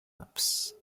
ups